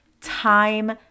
time